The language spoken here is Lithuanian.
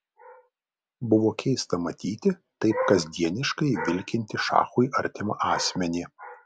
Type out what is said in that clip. buvo keista matyti taip kasdieniškai vilkintį šachui artimą asmenį